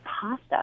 pasta